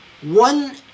one